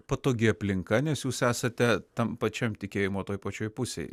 patogi aplinka nes jūs esate tam pačiam tikėjimo toj pačioj pusėj